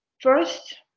first